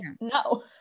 no